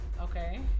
Okay